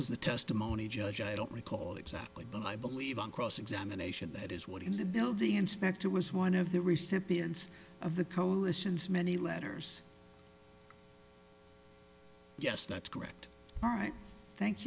was the testimony judge i don't recall exactly but i believe on cross examination that is what in the building inspector was one of the recent periods of the coalition's many letters yes that's correct all right thank